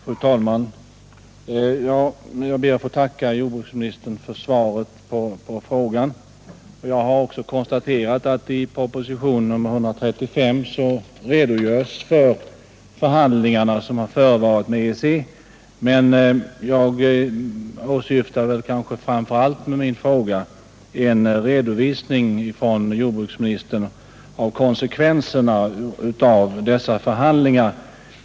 Fru talman! Jag ber att få tacka jordbruksministern för svaret på min fråga. Jag har också konstaterat att det i propositionen 135 redogörs för de förhandlingar som har förevarit med EEC. Men jag åsyftar med min fråga framför allt en redovisning från jordbruksministern om konsekvenserna av dessa förhandlingar.